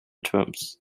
terms